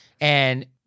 and-